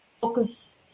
focus